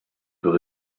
peut